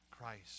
Christ